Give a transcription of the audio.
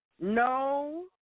No